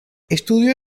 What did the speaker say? estudió